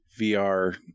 vr